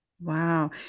Wow